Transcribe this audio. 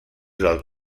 del